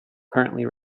currently